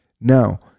Now